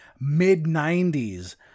Mid-90s